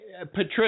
Patricia